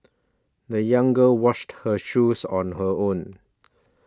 the young girl washed her shoes on her own